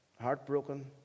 heartbroken